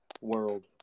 world